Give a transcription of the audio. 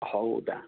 ಹೌದಾ